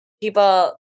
people –